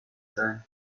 sein